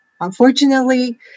unfortunately